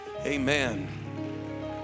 Amen